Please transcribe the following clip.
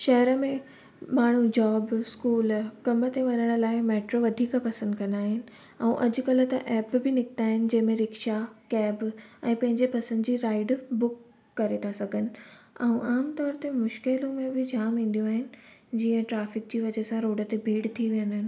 शहर में माण्हू जॉब स्कूल कम ते वञणु लाइ मैट्रो वधीक पसंदि कंदा आहिनि ऐं अॼकल्ह त ऐप बि निकिता आहिनि जंहिंमें रिक्शा कैब ऐं पंहिंजे पसंदि जी राइड बुक करे था सघनि ऐं आमतौर ते मुश्किलूं में बि जाम ईंदियूं आहिनि जीअं ट्राफ़िक जे वज़ह सां थी वेंदा आहिनि